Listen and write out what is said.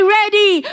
ready